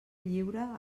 lliure